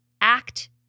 act